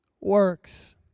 works